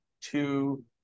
two